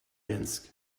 minsk